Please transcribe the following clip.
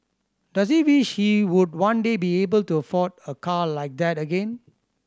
does he wish he would one day be able to afford a car like that again